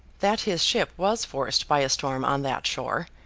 that his ship was forced by a storm on that shore,